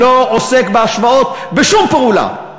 לא עוסק בהשוואות בשום פעולה,